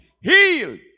Healed